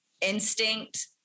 instinct